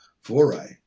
foray